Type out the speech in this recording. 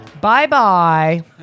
Bye-bye